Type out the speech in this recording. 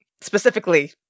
specifically